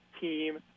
team